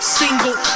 single